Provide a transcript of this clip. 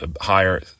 higher